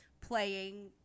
playing